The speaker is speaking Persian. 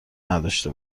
نداشته